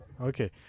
Okay